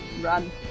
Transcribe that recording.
run